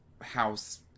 house